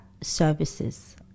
services